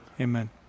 Amen